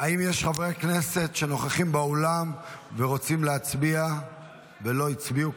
האם יש חברי כנסת שנוכחים באולם ורוצים להצביע ולא הצביעו,